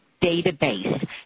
database